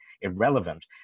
irrelevant